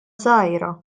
żgħira